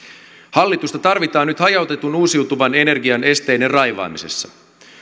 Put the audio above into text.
hallitusta tarvitaan nyt hajautetun uusiutuvan energian esteiden raivaamisessa